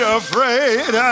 afraid